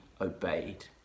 obeyed